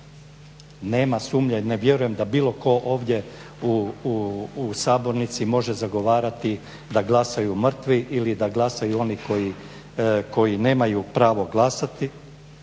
nema sumnje, ne vjerujem da bilo tko ovdje u sabornici može zagovarati da glasaju mrtvi ili da glasaju oni koji nemaju pravo glasati.